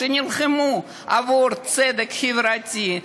שנלחמו עבור צדק חברתי,